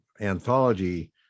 anthology